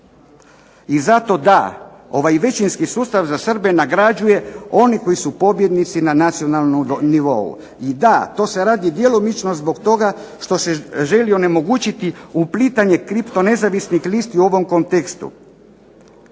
I zato da ovaj većinski sustav za Srbe nagrađuje oni koji su pobjednici na nacionalnom nivou, i da to se radi djelomično zbog toga što se želi onemogućiti uplitanje kripto nezavisnih listi u ovom kontekstu,